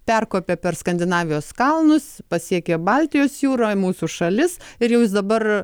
perkopė per skandinavijos kalnus pasiekė baltijos jūrą mūsų šalis ir jau jis dabar